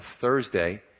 Thursday